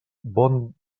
bon